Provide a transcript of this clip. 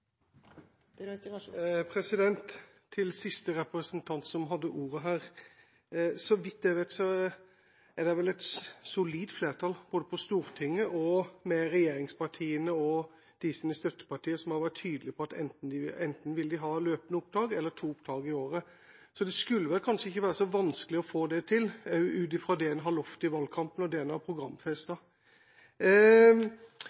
det vel et solid flertall både på Stortinget og hos regjeringspartiene og deres støttepartier, som har vært tydelige på at enten vil de ha løpende opptak eller to opptak i året. Det skulle vel kanskje ikke være så vanskelig å få det til, også ut fra det en har lovet i valgkampen, og det en har